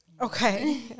Okay